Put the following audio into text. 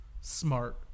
smart